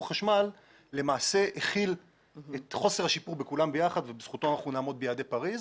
החשמל למעשה הכיל את חוסר השיפור בכולם ביחד ובזכותו ביעדי פריס.